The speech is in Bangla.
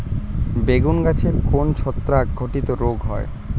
বেগুন গাছে কোন ছত্রাক ঘটিত রোগ হয়?